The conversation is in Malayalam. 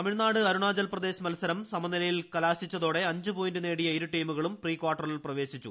തമിഴ്നാട് അരുണാചൽപ്രദേശ് മത്സരം സമനിലയിൽ കലാശിച്ചതോടെ അഞ്ച് പോയിന്റ് നേടിയ ഇരു ടീമുകളും പ്രീകാർട്ടറിൽ പ്രവേശിച്ചു